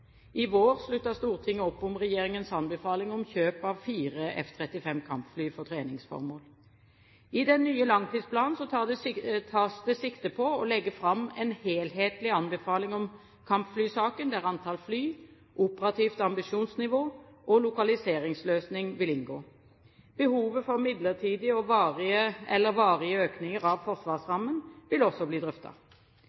I vår sluttet Stortinget opp om regjeringens anbefaling om kjøp av fire F-35 kampfly for treningsformål. I den nye langtidsplanen tas det sikte på å legge fram en helhetlig anbefaling om kampflysaken, der antall fly, operativt ambisjonsnivå og lokaliseringsløsning vil inngå. Behovet for midlertidige eller varige økninger av